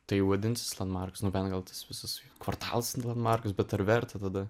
tai vadinsis landmarkas nu bent gal tas visas kvartalas landmarkas bet ar verta tada